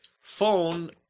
phone